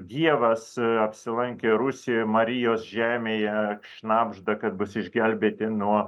dievas apsilankė rusijoj marijos žemėje šnabžda kad bus išgelbėti nuo